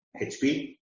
HP